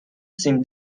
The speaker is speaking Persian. سین